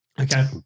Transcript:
Okay